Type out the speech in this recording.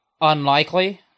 unlikely